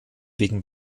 wegen